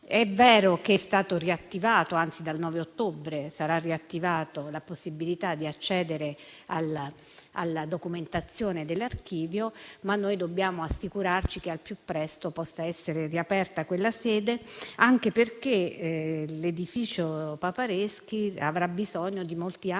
sarà chiusa. È vero che dal 9 ottobre sarà riattivata la possibilità di accedere alla documentazione dell'Archivio, ma noi dobbiamo assicurarci che al più presto possa essere riaperta quella sede, anche perché l'edificio di via dei Papareschi avrà bisogno di molti anni